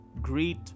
Greet